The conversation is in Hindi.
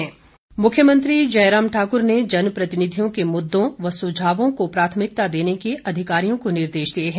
विधायक बैठकें मुख्यमंत्री जयराम ठाकुर ने जनप्रतिनिधियों के मुद्दों व सुझावों को प्राथमिकता देने के अधिकरियों को निर्देश दिए हैं